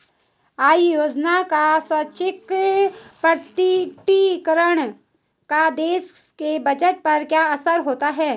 आय योजना का स्वैच्छिक प्रकटीकरण का देश के बजट पर क्या असर होता है?